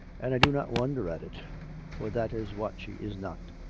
and i do not wonder at it for that is what she is not.